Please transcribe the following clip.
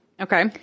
Okay